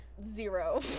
zero